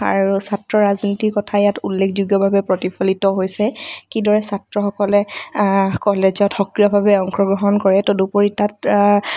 আৰু ছাত্ৰ ৰাজনীতিৰ কথা ইয়াত উল্লেখযোগ্যভাৱে প্ৰতিফলিত হৈছে কিদৰে ছাত্ৰসকলে কলেজত সক্ৰিয়ভাৱে অংশগ্ৰহণ কৰে তদুপৰি তাত